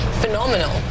phenomenal